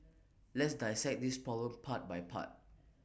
let's dissect this problem part by part